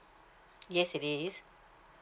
yes it is